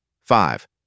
Five